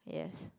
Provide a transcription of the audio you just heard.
yes